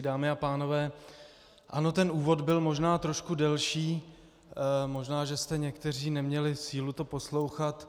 Dámy a pánové, ano, ten úvod byl možná trošku delší, možná že jste někteří neměli sílu to poslouchat.